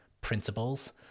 principles